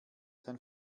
sein